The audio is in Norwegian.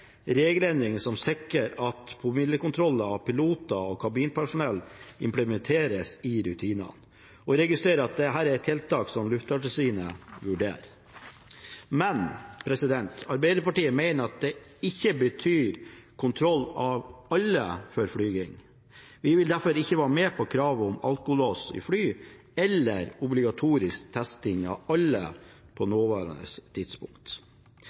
regelendringer som sikrer at promillekontroller av piloter og kabinpersonell implementeres i rutinene, og vi registrerer at dette er et tiltak som Luftfartstilsynet vurderer. Men Arbeiderpartiet mener at dette ikke betyr kontroll av alle før flyvning. Vi vil derfor ikke være med på krav om alkolås i fly eller obligatorisk testing av alle på nåværende tidspunkt.